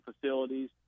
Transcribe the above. facilities